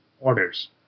orders